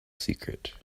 secret